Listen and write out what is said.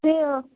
ते